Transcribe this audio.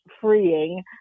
freeing